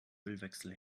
ölwechsel